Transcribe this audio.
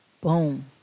Boom